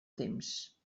temps